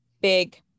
big